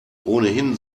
ohnehin